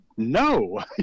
No